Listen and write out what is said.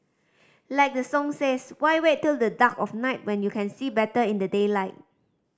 like the song says why wait till the dark of night when you can see better in the daylight